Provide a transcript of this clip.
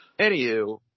Anywho